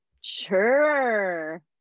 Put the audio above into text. Sure